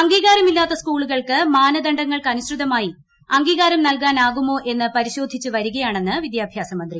അംഗീകാരമില്ലാത്ത സ്കൂളുകൾക്ക് മാനദണ്ഡങ്ങൾക്കനുസൃതമായി അംഗീകാരം നൽകാനാകുമോ എന്ന് പരിശോധിച്ച് വരികയാണെന്ന് വിദ്യാഭ്യാസ മന്ത്രി